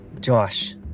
Josh